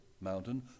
mountain